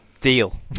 deal